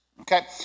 okay